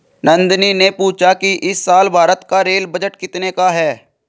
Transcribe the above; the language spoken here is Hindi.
नंदनी ने पूछा कि इस साल भारत का रेल बजट कितने का है?